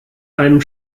einem